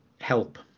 help